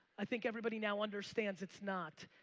i think everybody now understands it's not.